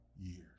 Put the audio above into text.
years